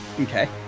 Okay